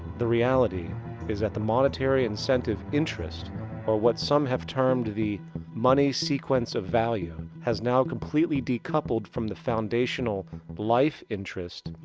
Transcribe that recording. the reality is the monetary incentive interest or what some have termed the money sequence of value has now completely decoupled from the foundational life interest,